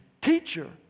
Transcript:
Teacher